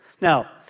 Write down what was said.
Now